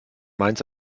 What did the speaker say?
mainz